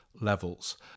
levels